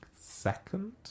second